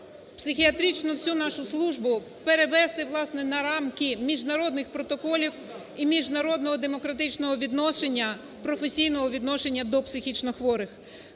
психіатричну всю нашу службу перевести, власне, на рамки міжнародних протоколів і міжнародного демократичного відношення, професійного відношення до психічно хворих.